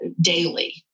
daily